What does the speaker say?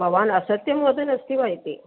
भवान् असत्यं वदन् अस्ति वा इति